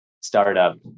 startup